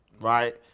Right